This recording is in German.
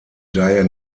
daher